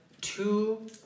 two